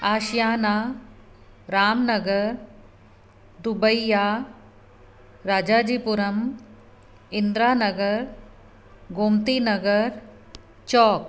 Ashiyana Ramnagar Dubagga Rajaji Puram Indira Nagar Gomti Nagar Chowk